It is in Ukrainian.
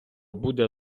буде